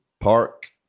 park